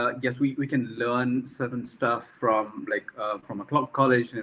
ah yes, we can learn certain stuff from like from a club college,